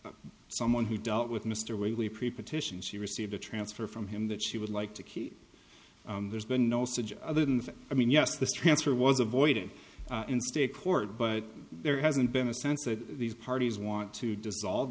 is someone who dealt with mr whately pre partition she received a transfer from him that she would like to keep there's been no such other than i mean yes this transfer was avoided in state court but there hasn't been a sense that these parties want to dissolve